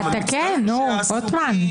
אתה כן, רוטמן.